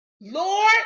Lord